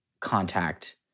contact